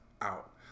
out